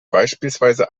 beispielsweise